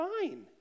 fine